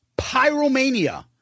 Pyromania